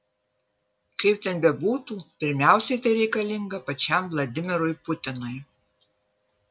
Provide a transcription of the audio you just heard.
kaip ten bebūtų pirmiausiai tai reikalinga pačiam vladimirui putinui